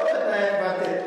לא בתנאי הקוורטט,